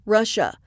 Russia